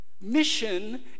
Mission